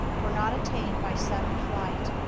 were not attained by sudden flight,